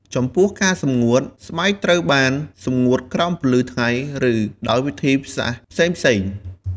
ចំពោះការសម្ងួត ស្បែកត្រូវបានសម្ងួតក្រោមពន្លឺថ្ងៃ ឬដោយវិធីសាស្ត្រផ្សេងៗ។